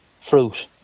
fruit